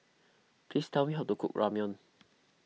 please tell me how to cook Ramyeon